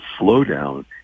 slowdown